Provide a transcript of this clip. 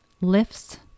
lifts